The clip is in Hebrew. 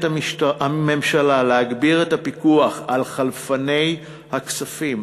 להגביר את הפיקוח על חלפני הכספים,